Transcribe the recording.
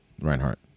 Reinhardt